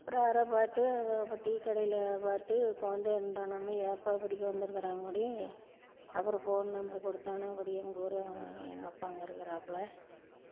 அப்புறம் யாரோ பார்த்து டீ கடையில் பார்த்து உட்காந்தே இருந்தானாம் ஏனப்பா இப்படி உட்காந்துருக்குறான்புடி அப்புறம் ஃபோன் நம்பர் கொடுத்தானா அப்படியே எங்கள் ஊர் எங்கள் அப்பா அங்கே இருக்கிறாப்ல